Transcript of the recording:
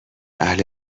اهل